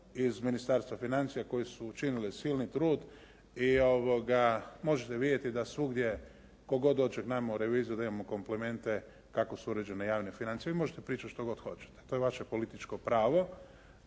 iz Ministarstva financija koji su učinili silni trud i možete vidjeti da svugdje tko god dođe k nama u reviziju da imamo komplimente kako su uređene javne financije. Vi možete pričati što god hoćete, to je vaše političko pravo.